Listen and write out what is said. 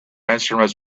instruments